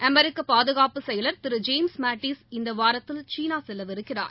அமெரிக்கபாதுகாப்பு செயலர் திருஜேம்ஸ் மேட்டிஸ் இந்தவாரத்தில் சீனாசெல்லவிருக்கிறார்